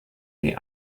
the